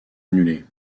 annulée